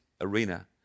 arena